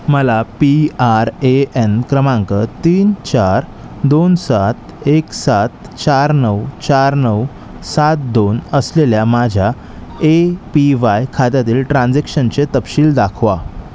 मला P R A N क्रमांक तीन चार दोन सात एक सात चार नऊ चार नऊ सात दोन असलेल्या माझ्या ए पी वाय खात्यातील ट्रान्झॅक्शनचे तपशील दाखवा